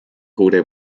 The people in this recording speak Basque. gure